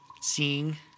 Seeing